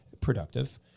productive